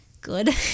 good